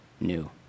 new